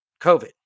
COVID